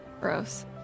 Gross